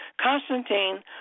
Constantine